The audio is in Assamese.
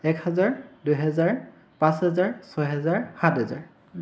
এক হাজাৰ দুহেজাৰ পাঁচ হেজাৰ ছহেজাৰ সাত হেজাৰ